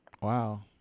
wow